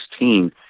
2016